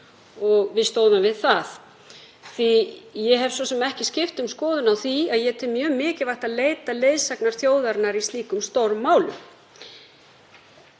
og við stóðum við það. Ég hef svo sem ekki skipt um skoðun á því að ég tel mjög mikilvægt að leita leiðsagnar þjóðarinnar í slíkum stórum málum.